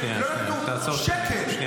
לא נתנו שקל -- רגע,